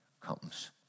comes